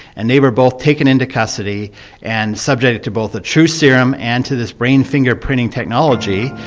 and they were both taken into custody and subjected to both a truth serum and to this brain fingerprinting technology.